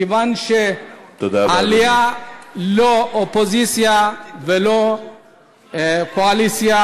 כיוון שהעלייה היא לא אופוזיציה ולא קואליציה,